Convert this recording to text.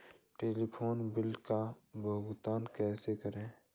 Telephone bill का भुगतान कैसे करें?